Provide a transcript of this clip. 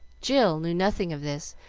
jill knew nothing of this,